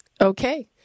Okay